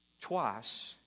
Twice